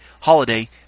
holiday